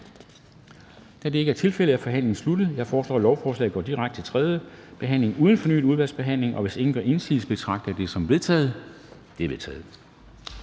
af et flertal? De er vedtaget. Jeg foreslår, at lovforslaget går direkte til tredje behandling uden fornyet udvalgsbehandling. Hvis ingen gør indsigelse, betragter jeg det som vedtaget. Det er vedtaget.